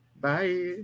Bye